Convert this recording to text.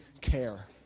care